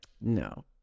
no